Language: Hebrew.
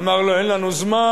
אמר לו: אין לנו זמן,